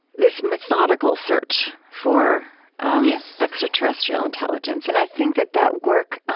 this methodical search for extraterrestrial intelligence. and i think that that work